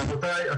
רבותיי,